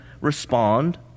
respond